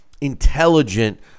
intelligent